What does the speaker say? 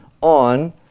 on